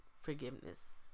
forgiveness